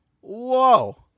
whoa